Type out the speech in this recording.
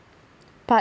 part